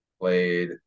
played